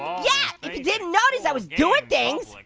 yeah, if you didn't notice, i was doing things.